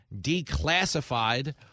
declassified